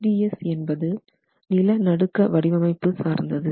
SDS என்பது நில நடுக்க வடிவமைப்பு சார்ந்தது